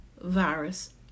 virus